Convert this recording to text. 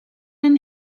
and